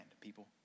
people